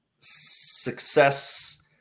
success